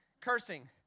cursing